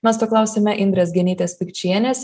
mes paklausėme indrės genytės pikčienės